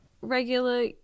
regular